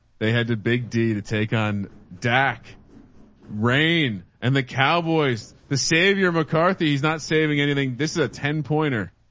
they had to big d to take on dak rein and the cowboys, the savior mccarthy. he's not saving anything. this is a ten pointer.